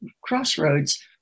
crossroads